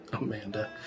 Amanda